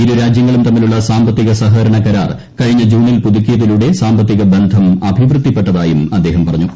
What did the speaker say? ഇരു രാജ്യങ്ങളും തമ്മിലുള്ള സാമ്പത്തിക സഹകരണ കരാർ കഴിഞ്ഞ ജൂണിൽ പുതുക്കിയതിലൂടെ സാമ്പത്തിക ബന്ധം അഭിവൃദ്ധിപ്പെട്ടതായും അദ്ദേഹം പറഞ്ഞു